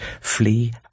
Flee